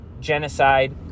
genocide